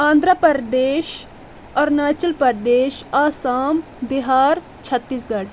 آندراپردیش اورناچل پردیش آسام بہار چھتیٖس گڑ